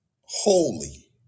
holy